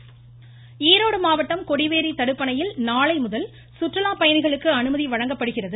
கொடிவேரி ஈரோடு மாவட்டம் கொடிவேரி தடுப்பணையில் நாளை முதல் சுற்றுலாப் பயணிகளுக்கு அனுமதி வழங்கப்படுகிறது